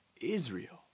Israel